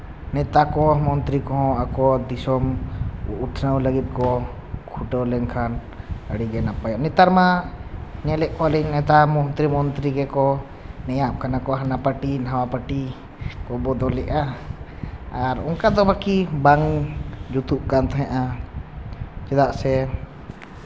ᱱᱮᱛᱟ ᱠᱚᱦᱚᱸ ᱢᱚᱱᱛᱨᱤ ᱠᱚᱦᱚᱸ ᱟᱠᱚᱣᱟᱜ ᱫᱤᱥᱚᱢ ᱩᱛᱱᱟᱹᱣ ᱞᱟᱹᱜᱤᱫ ᱠᱚ ᱪᱷᱩᱴᱟᱹᱣ ᱞᱮᱱᱠᱷᱟᱱ ᱟᱹᱰᱤᱜᱮ ᱱᱟᱯᱟᱭ ᱱᱮᱛᱟᱨ ᱢᱟ ᱧᱮᱞᱮᱫ ᱠᱚᱣᱟᱞᱤᱧ ᱱᱮᱛᱟ ᱢᱚᱱᱛᱨᱤ ᱢᱚᱱᱛᱨᱤ ᱜᱮᱠᱚ ᱱᱮᱭᱟᱜ ᱠᱟᱱᱟ ᱠᱚ ᱦᱟᱱᱟ ᱯᱟᱨᱴᱤ ᱱᱚᱣᱟ ᱯᱟᱨᱴᱤ ᱠᱚ ᱵᱚᱫᱚᱞᱮᱜᱼᱟ ᱟᱨ ᱚᱱᱠᱟ ᱫᱚ ᱵᱟᱹᱠᱤ ᱵᱟᱝ ᱡᱩᱛᱩᱜ ᱠᱟᱱ ᱛᱟᱦᱮᱱᱟ ᱪᱮᱫᱟᱜ ᱥᱮ